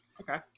okay